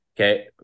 Okay